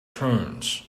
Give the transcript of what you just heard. turns